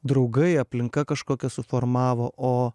draugai aplinka kažkokia suformavo o